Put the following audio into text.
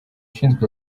ushinzwe